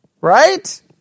right